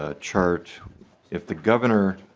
ah chart if the governor